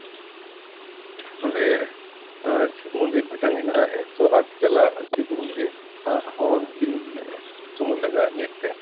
ᱚᱸᱰᱮ ᱥᱤᱵᱽ ᱢᱚᱱᱫᱤᱨ ᱢᱤᱫᱴᱟᱝ ᱦᱮᱱᱟᱜᱼᱟ ᱮᱠᱥᱚ ᱟᱴ ᱪᱟᱞᱟ ᱥᱤᱵᱽ ᱢᱚᱱᱫᱤᱨ ᱚᱱᱟ ᱦᱚᱸ ᱢᱤᱫ ᱫᱤᱱ ᱥᱚᱢᱚᱭ ᱞᱟᱜᱟᱜᱼᱟ ᱧᱮᱞᱛᱮ